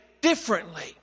differently